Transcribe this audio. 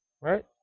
Right